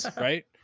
Right